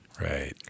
right